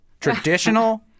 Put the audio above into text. Traditional